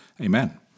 amen